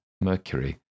Mercury